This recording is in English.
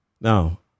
Now